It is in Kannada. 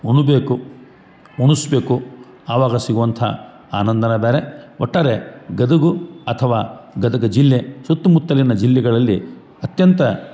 ಉಣ್ಬೇಕು ಉಣ್ಸ್ಬೇಕು ಆವಾಗ ಸಿಗುವಂಥ ಆನಂದನ ಬ್ಯಾರೆ ಒಟ್ಟಾರೆ ಗದಗು ಅಥವಾ ಗದಗ ಜಿಲ್ಲೆ ಸುತ್ತಮುತ್ತಲಿನ ಜಿಲ್ಲೆಗಳಲ್ಲಿ ಅತ್ಯಂತ